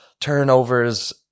turnovers